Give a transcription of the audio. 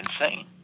insane